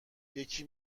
یکی